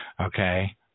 Okay